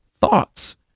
Thoughts